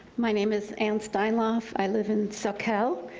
my name is anne steinloff. i live in soquel,